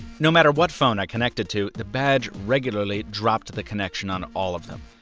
no matter what phone i connected to, the badge regularly dropped the connection on all of them.